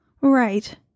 Right